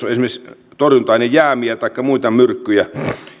esimerkiksi torjunta ainejäämiä taikka muita myrkkyjä